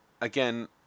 Again